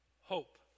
hope